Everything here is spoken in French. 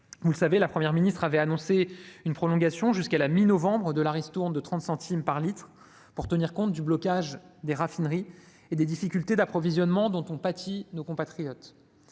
Vous le savez, la Première ministre avait annoncé une prolongation jusqu'à la mi-novembre de la ristourne de 30 centimes par litre de carburant pour tenir compte du blocage des raffineries et des difficultés d'approvisionnement dont ont pâti nos compatriotes.